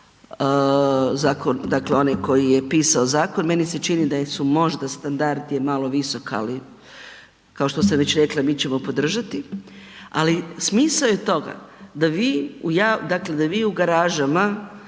dakle onaj koji je pisao zakon, meni se čini da je su možda standard je malo visok, ali kao što sam već rekla i mi ćemo podržati, ali smisao je toga da vi u, dakle da